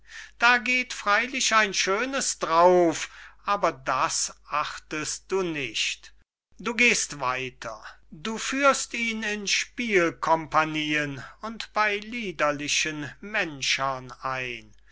da geht freylich ein schönes drauf aber das achtest du nicht du gehst weiter du führst ihn in spiel kompagnien und bey liederlichen menschern ein